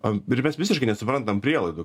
an ir mes visiškai nesuprantam prielaidų